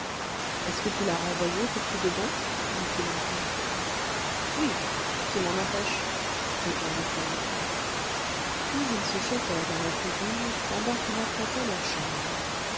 est-ce que tu l'as renvoyée pour tout de bon dit-il enfin oui qui m'en empêche répondit-elle puis ils se chauffèrent dans la cuisine pendant qu'on apprêtait leur chambre